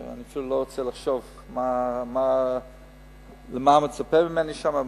ואני אפילו לא רוצה לחשוב מה מצופה ממני שם,